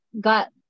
got